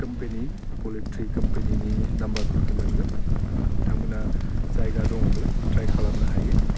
company पलिट्रि कम्पानिनि नाम्बारफोरखौ मोनगोन नोंथांमोना जायगा दङब्ला ट्राइ खालामनो हायो